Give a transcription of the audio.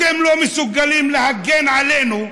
אתם לא מסוגלים להגן עלינו,